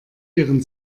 ihren